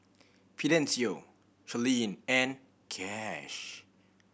Fidencio Charline and Cash